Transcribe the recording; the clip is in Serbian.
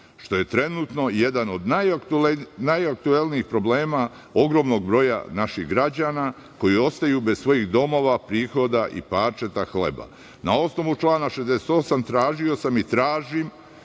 što je trenutno jedan od najaktuelnijih problema ogromnog broja naših građana koji ostaju bez svojih domova, prihoda i parčeta hleba. Na osnovu člana 68. tražio sam i tražim